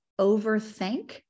overthink